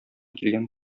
килгән